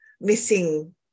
missing